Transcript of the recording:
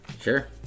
Sure